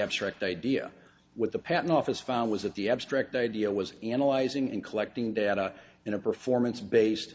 abstract idea with the patent office found was that the abstract idea was analyzing and collecting data in a performance based